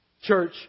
Church